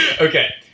Okay